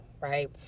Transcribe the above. right